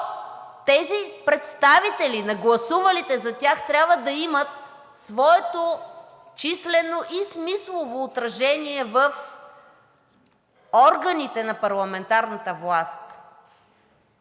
тези представители на гласувалите за тях трябва да имат своето числено и смислово отражение в органите на парламентарната власт.